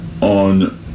on